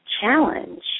challenge